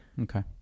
okay